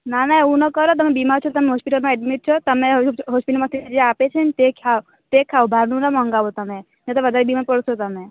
ના ના એવું ન કરો તમે બીમાર છો તમે હોસ્પીટલમાં એડમિટ છો તમે હોસ્પીટલમાંથી જે આપે છે તે ખાયો તે ખાયો બહારનું ન મંગાવો તમે નત વધારે બીમાર પડશો તમે